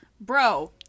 bro